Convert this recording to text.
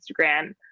instagram